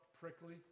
prickly